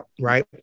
right